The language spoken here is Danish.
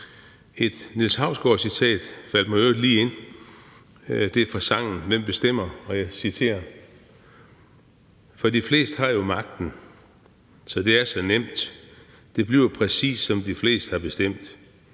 Et Niels Hausgaard-citat faldt mig i øvrigt lige ind. Det er fra sangen »Hvem bestemmer?«. Og jeg citerer: »For de fleste har jo magten, så det er så nemt/ Det bliver præcis, som de fleste har bestemt/